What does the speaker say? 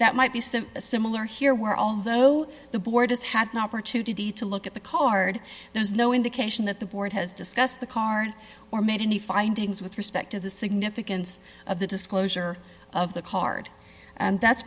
that might be so similar here were although the board has had no opportunity to look at the card there's no indication that the board has discussed the card or made any findings with respect to the significance of the disclosure of the card and that's